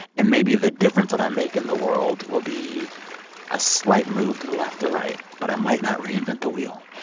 and maybe the difference that i make in the world will be a slight move to the left or right, but i might not reinvent the wheel.